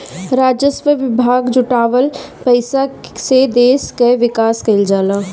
राजस्व विभाग से जुटावल पईसा से देस कअ विकास कईल जाला